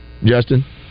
Justin